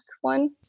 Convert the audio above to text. one